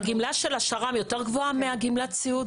גמלת השר"מ יותר גבוהה מגמלת הסיעוד?